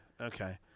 Okay